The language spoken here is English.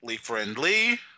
friendly